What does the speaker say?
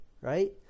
right